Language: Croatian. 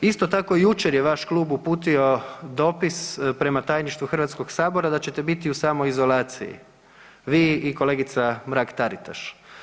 Isto tako jučer je vaš klub uputio dopis prema Tajništvu HS da ćete biti u samoizolaciji, vi i kolegica Mrak-Taritaš.